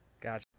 Gotcha